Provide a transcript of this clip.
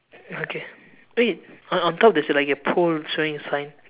okay wait on on top there's like a pole showing a sign